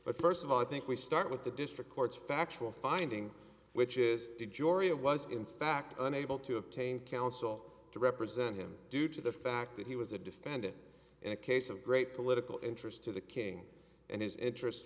but first of all i think we start with the district court's factual finding which is to jory of was in fact unable to obtain counsel to represent him due to the fact that he was a defendant in a case of great political interest to the king and his interests